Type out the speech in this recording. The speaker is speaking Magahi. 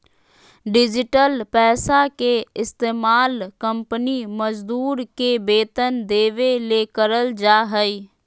डिजिटल पैसा के इस्तमाल कंपनी मजदूर के वेतन देबे ले करल जा हइ